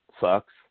sucks